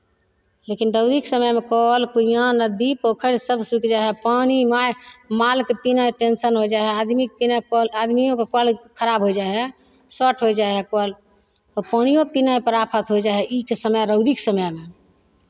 लेकिन रौदीक समयमे कल कुइआँ नदी पोखरि सभ सुखि जाइ हइ पानि मा मालके पीनाइ टेंशन हो जाइ हइ आदमी आदमियोके कल खराब होय जाइ हइ शोर्ट हो जाइ हइ कल पानिओ पीनाइपर आफत हो जाइ हइ ई के समय रौदीक समयमे